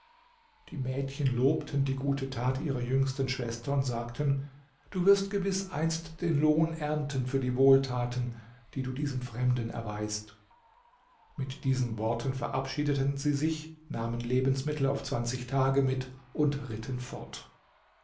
die mädchen lobten die gute tat ihrer jüngsten schwester und sagten du wirst gewiß einst den lohn ernten für die wohltaten die du diesem fremden erweist mit diesen worten verabschiedeten sie sich nahmen lebensmittel auf zwanzig tage mit und ritten fort